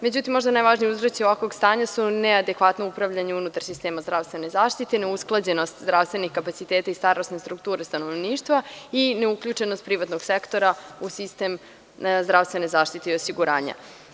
Međutim, možda su najvažniji uzroci ovakvog stanja: neadekvatno upravljanje unutar sistema zdravstvene zaštite, neusklađenost zdravstvenih kapaciteta i starosne strukture stanovništva i neuključenost privatnog sektora u sistem zdravstvene zaštite i osiguranja.